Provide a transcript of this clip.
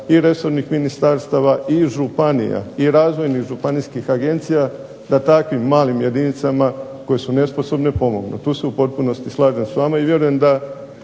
i resornih ministarstava i županija i razvojnih županijskih agencija da takvim malim jedinicama koje su nesposobne pomognu. Tu se u potpunosti slažem s vama i vjerujem da